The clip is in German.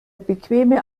bequeme